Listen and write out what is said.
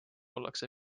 ollakse